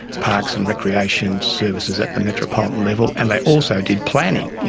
parks and recreation services at the metropolitan level and they also did planning,